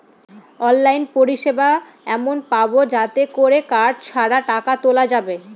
online পরিষেবা এমন পাবো যাতে করে কার্ড ছাড়া টাকা তোলা যাবে